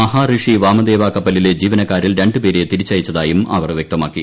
മഹാറിഷി വാമദേവ കപ്പലിലെ ജീവനക്കാരിൽ രണ്ടുപേരെ തിരിച്ചയച്ചതായും അവർ വൃക്തമാക്കി